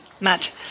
Matt